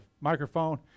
microphone